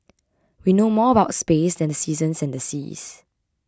we know more about space than the seasons and the seas